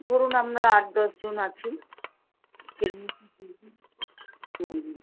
ধরুন আমরা আট দশ জন আছি পুরোপুরি ধরে নিন